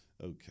Okay